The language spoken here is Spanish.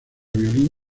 violín